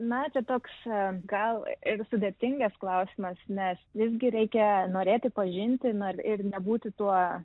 na čia toks gal ir sudėtingas klausimas nes visgi reikia norėti pažinti na ir nebūti tuo